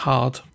Hard